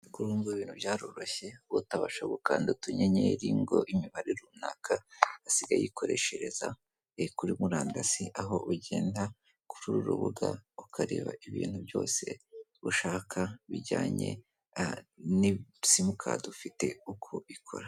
Uko wumva ibintu byaroroshye utabasha gukanda utuyenyeri ngo imibare runaka asigaye ayikoreshereza kuri murandasi, aho ugenda kuri uru rubuga ukareba ibintu byose ushaka bijyanye na simukadi ufite uko ikora.